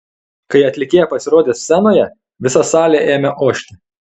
kai atlikėja pasirodė scenoje visa salė ėmė ošti